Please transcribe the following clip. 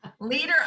Leader